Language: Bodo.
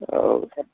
औ